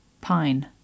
Pine